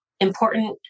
Important